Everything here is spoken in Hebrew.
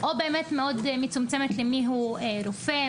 או מאוד מצומצמת למי הוא רופא,